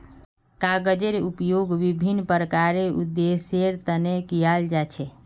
कागजेर उपयोग विभिन्न प्रकारेर उद्देश्येर तने कियाल जा छे